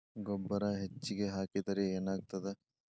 ಗೊಬ್ಬರ ಹೆಚ್ಚಿಗೆ ಹಾಕಿದರೆ ಏನಾಗ್ತದ?